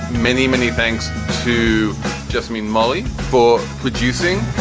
many, many thanks to just me, molly, for producing.